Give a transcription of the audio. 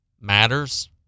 matters